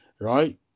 Right